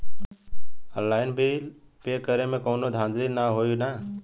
Online bill pay करे में कौनो धांधली ना होई ना?